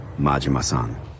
Majima-san